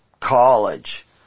college